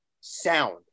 sound